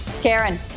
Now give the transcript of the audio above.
Karen